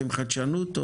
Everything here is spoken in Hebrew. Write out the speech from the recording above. אתם חדשנות?